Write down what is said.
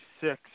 six